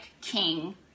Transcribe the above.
king